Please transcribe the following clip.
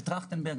בהמלצת טרכטנברג.